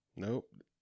Nope